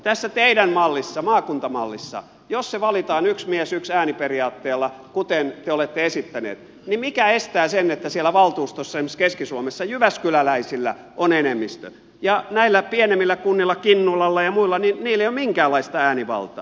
tässä teidän mallissanne maakuntamallissa jos se valitaan yksi mies yksi ääni periaatteella kuten te olette esittäneet mikä estää sen että siellä valtuustossa esimerkiksi keski suomessa jyväskyläläisillä on enemmistö ja näillä pienemmillä kunnilla kinnulalla ja muilla ei ole minkäänlaista äänivaltaa